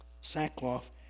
Sackcloth